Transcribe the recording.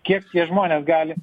kiek tie žmonės gali